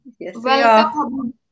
welcome